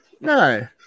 No